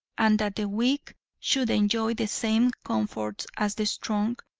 and that the weak should enjoy the same comforts as the strong,